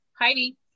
Heidi